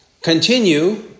continue